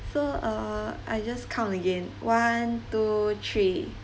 so err I just count again one two three